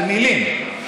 על מילים.